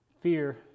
fear